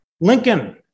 Lincoln